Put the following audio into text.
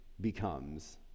becomes